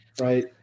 right